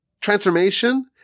transformation